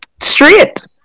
straight